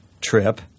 trip –